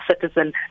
citizen